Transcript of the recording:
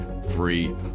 Free